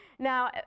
Now